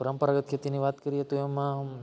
પરંપરાગત ખેતીની વાત કરીએ તો એમાં આવે તો